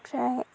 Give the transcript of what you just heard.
ओमफ्राय